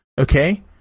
Okay